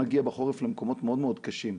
נגיע בחורף למקומות מאוד מאוד קשים,